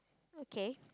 okay